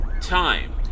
time